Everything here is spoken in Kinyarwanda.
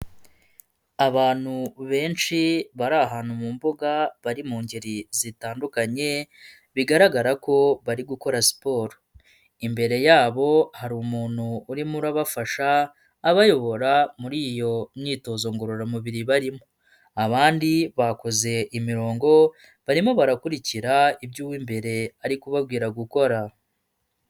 Abantu benshi bari ahantu mu mbuga bari mu ngeri zitandukanye, bigaragara ko bari gukora siporo, imbere yabo hari umuntu urimo urabafasha abayobora muri iyo myitozo ngororamubiri barimo, abandi bakoze imirongo barimo barakurikira iby'uw'imbere aribabwira gukora.